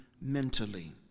mentally